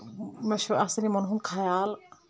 مےٚ چھُ آسان یِمَن ہُنٛد خیال